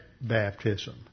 baptism